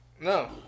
No